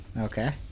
okay